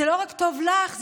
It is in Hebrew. זה לא טוב רק לך,